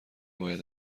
باید